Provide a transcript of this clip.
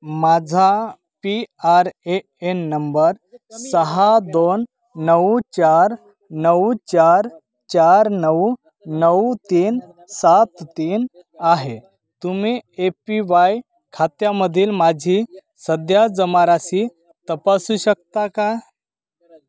माझा P R A N number सहा दोन नऊ चार नऊ चार चार नऊ नऊ तीन सात तीन आहे तुम्ही ए पी वाय खात्यामधील माझी सध्या जमाराशी तपासू शकता का